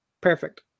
perfect